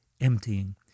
emptying